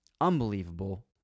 unbelievable